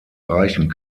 reichen